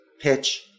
pitch